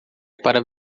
para